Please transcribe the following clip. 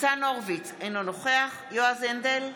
ניצן הורוביץ, אינו נוכח יועז הנדל,